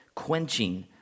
quenching